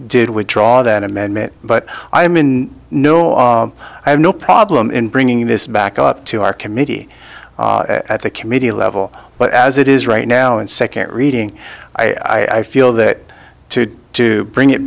did withdraw that amendment but i am in no i have no problem in bringing this back up to our committee at the committee level but as it is right now in second reading i feel that to to bring it